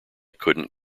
couldn’t